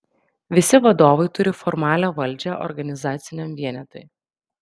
visi vadovai turi formalią valdžią organizaciniam vienetui